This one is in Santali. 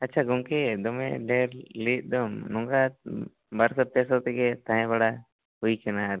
ᱟᱪᱪᱷᱟ ᱜᱚᱢᱠᱮ ᱫᱚᱢᱮ ᱰᱷᱮᱹᱨ ᱞᱟᱹᱭᱮᱜ ᱫᱚᱢ ᱱᱚᱝᱠᱟ ᱵᱟᱨᱥᱚ ᱯᱮᱥᱚ ᱛᱮᱜᱮ ᱛᱟᱦᱮ ᱵᱟᱲᱟ ᱦᱩᱭ ᱠᱟᱱᱟ ᱟᱨᱠᱤ